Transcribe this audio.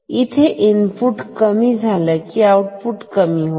इथे इनपुट कमी झालं की आउटपुट कमी होते